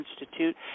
Institute